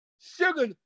sugar